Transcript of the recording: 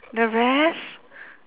the rest